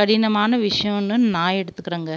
கடினமான விஷயம்னு நான் எடுத்துக்கிறேங்க